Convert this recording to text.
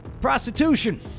prostitution